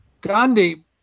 Gandhi